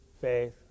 faith